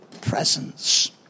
Presence